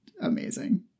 amazing